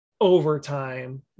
overtime